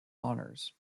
honors